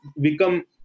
become